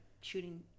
shooting